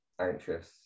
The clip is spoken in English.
anxious